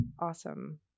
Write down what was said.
awesome